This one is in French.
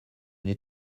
n’ai